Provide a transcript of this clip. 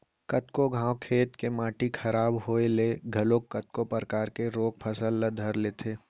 कतको घांव खेत के माटी खराब होय ले घलोक कतको परकार के रोग फसल ल धर लेथे